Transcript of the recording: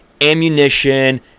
ammunition